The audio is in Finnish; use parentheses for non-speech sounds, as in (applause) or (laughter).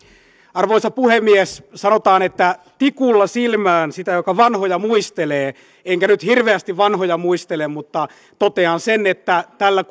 arvoisa puhemies sanotaan että tikulla silmään sitä joka vanhoja muistelee enkä nyt hirveästi vanhoja muistele mutta totean sen että tällä (unintelligible)